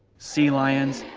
sea lions,